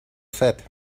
set